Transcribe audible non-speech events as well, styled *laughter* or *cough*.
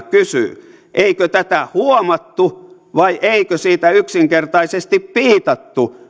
*unintelligible* kysyy eikö tätä huomattu vai eikö siitä yksinkertaisesti piitattu